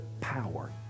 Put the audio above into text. power